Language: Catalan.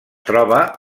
troba